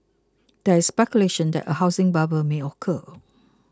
there is speculation that a housing bubble may occur